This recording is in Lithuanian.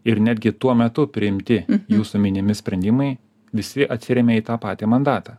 ir netgi tuo metu priimti jūsų minimi sprendimai visi atsiremia į tą patį mandatą